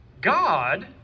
God